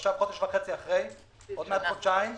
ואחרי כמעט חודשיים אחרי.